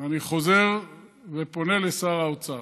אני חוזר ופונה לשר האוצר.